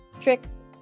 tricks